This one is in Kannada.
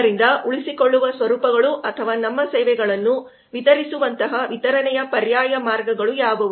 ಆದ್ದರಿಂದ ಉಳಿಸಿಕೊಳ್ಳುವ ಸ್ವರೂಪಗಳು ಅಥವಾ ನಮ್ಮ ಸೇವೆಗಳನ್ನು ವಿತರಿಸುವಂತಹ ವಿತರಣೆಯ ಪರ್ಯಾಯ ಮಾರ್ಗಗಳು ಯಾವುವು